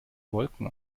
wolken